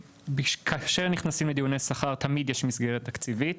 כאשר נכנסים לדיוני שכר, תמיד יש מסגרת תקציבית.